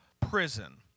prison